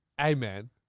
Amen